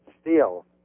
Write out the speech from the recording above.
Steel